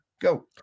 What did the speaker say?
go